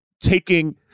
taking